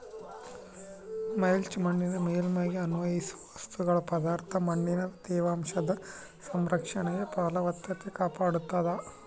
mulch ಮಣ್ಣಿನ ಮೇಲ್ಮೈಗೆ ಅನ್ವಯಿಸುವ ವಸ್ತುಗಳ ಪದರ ಮಣ್ಣಿನ ತೇವಾಂಶದ ಸಂರಕ್ಷಣೆ ಫಲವತ್ತತೆ ಕಾಪಾಡ್ತಾದ